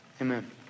amen